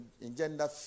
engender